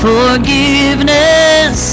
Forgiveness